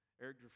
Eric